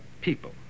people